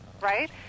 right